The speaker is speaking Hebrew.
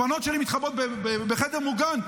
הבנות שלי מתחבאות בחדר מוגן,